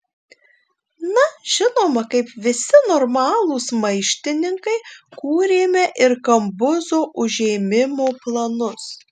na žinoma kaip visi normalūs maištininkai kūrėme ir kambuzo užėmimo planus